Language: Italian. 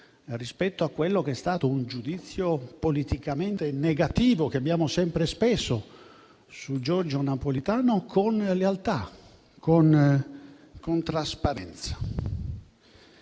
rispetto a quello che è stato un giudizio politicamente negativo che abbiamo sempre espresso su Giorgio Napolitano con lealtà e con trasparenza.